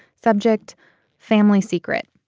subject family secret.